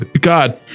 God